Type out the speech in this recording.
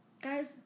Guys